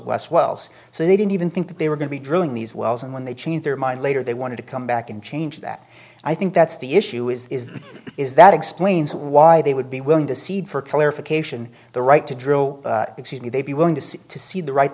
less wells so they didn't even think they were going to be drilling these wells and when they change their mind later they wanted to come back and change that i think that's the issue is that is that explains why they would be willing to cede for clarification the right to drill exceed me they'd be willing to see to see the right